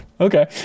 Okay